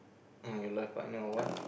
in your life right now or what